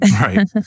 Right